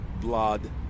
blood